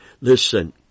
Listen